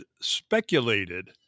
speculated